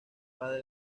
padre